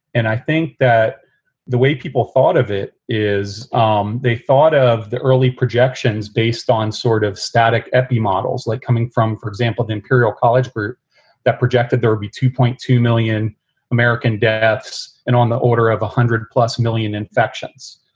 and i think that the way people thought of it is um they thought of the early projections based on sort of static eppy models like coming from, for example, the imperial college group that projected there would be two point two million american deaths. and on the order of one hundred plus million infections.